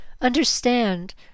Understand